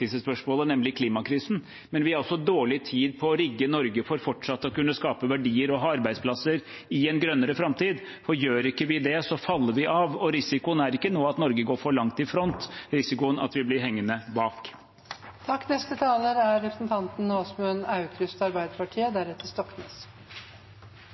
nemlig klimakrisen, men vi har også dårlig tid på å rigge Norge for fortsatt å kunne skape verdier og ha arbeidsplasser i en grønnere framtid. Gjør vi ikke det, så faller vi av. Risikoen er ikke nå at Norge går for langt framme i front, risikoen er at vi blir hengende bak. Det mest slående med denne debatten er